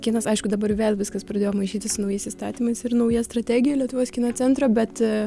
kinas aišku dabar vėl viskas pradėjo maišytis su naujais įstatymais ir nauja strategija lietuvos kino centro bet